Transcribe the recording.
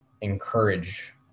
encourage